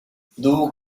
duu